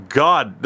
god